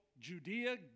Judea